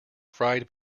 fried